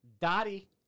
Dottie